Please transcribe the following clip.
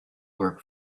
work